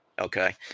Okay